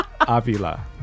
Avila